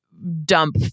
dump